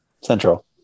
Central